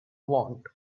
want